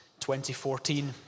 2014